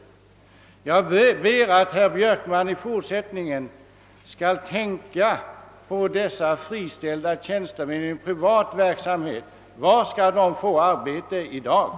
Jag tycker att herr Björkman i fortsättningen skall tänka på var dessa från den privata verksamheten friställda tjänstemän skall kunna få nytt arbete.